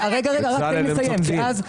תן לי לסיים,